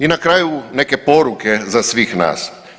I na kraju neke poruke za svih nas.